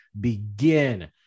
begin